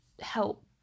help